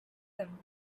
them